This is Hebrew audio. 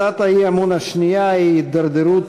הצעת האי-אמון השנייה היא: הידרדרות